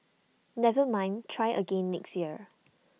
never mind try again next year